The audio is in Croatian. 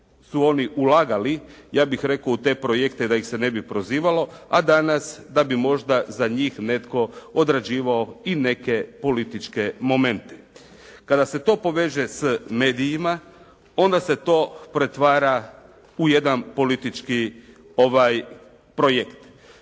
su oni ulagali ja bih rekao u te projekte da ih se ne bi prozivalo, a danas da bi možda za njih netko odrađivao i neke političke momente. Kada se to poveže s medijima onda se to pretvara u jedan politički projekt.